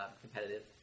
competitive